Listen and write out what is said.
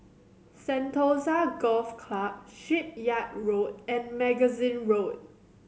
Sentosa Golf Club Shipyard Road and Magazine Road